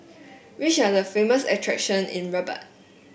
which are the famous attractions in Rabat